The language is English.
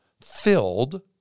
filled